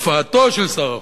הופעתו של שר החוץ.